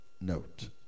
Note